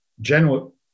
general